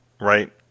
Right